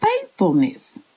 faithfulness